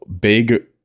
big